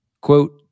quote